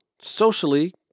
socially